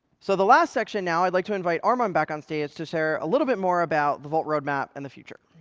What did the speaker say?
so the last section now i'd like to invite armon back on stage to share a little bit more about the vault roadmap and the future.